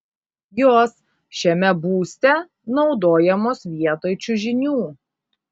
jos šiame būste naudojamos vietoj čiužinių